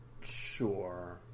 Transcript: Sure